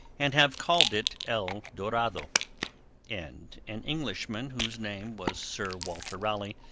and have called it el dorado and an englishman, whose name was sir walter raleigh,